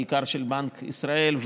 בעיקר של בנק ישראל,